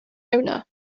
owner